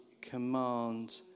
command